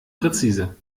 präzise